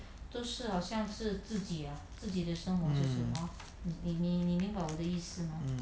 mm mm